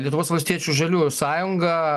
lietuvos valstiečių žaliųjų sąjunga